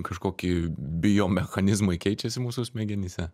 kažkokie biomechanizmai keičiasi mūsų smegenyse